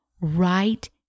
right